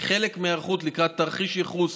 כחלק מהיערכות לקראת תרחיש ייחוס